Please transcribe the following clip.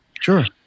Sure